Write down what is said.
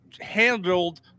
handled